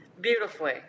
Beautifully